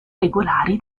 regolari